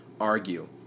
argue